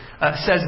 says